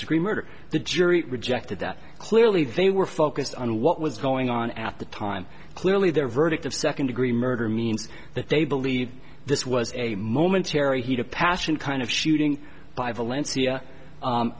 degree murder the jury rejected that clearly they were focused on what was going on at the time clearly their verdict of second degree murder means that they believe this was a momentary heat of passion kind of shooting by valencia